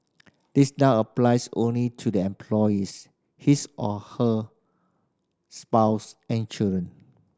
this now applies only to the employees his or her spouse and children